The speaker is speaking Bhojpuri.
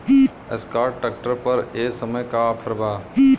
एस्कार्ट ट्रैक्टर पर ए समय का ऑफ़र बा?